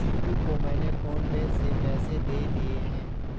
जीतू को मैंने PhonePe से पैसे दे दिए हैं